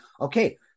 Okay